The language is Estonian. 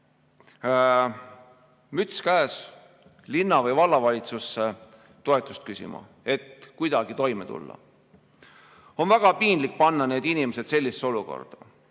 müts käes, linna- või vallavalitsusse toetust küsima, et kuidagi toime tulla. On väga piinlik panna need inimesed sellisesse olukorda.